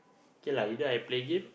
okay lah either I play game